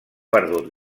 perdut